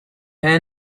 japan